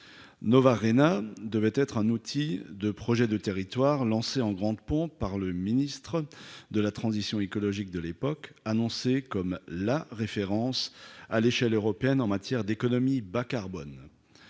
Novarhéna devait être un outil de « projet de territoire », lancé en grande pompe par le ministre de la transition écologique de l'époque et annoncé comme étant « la référence à l'échelle européenne en matière d'économie bas-carbone